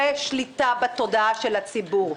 זה שליטה בתודעת הציבור.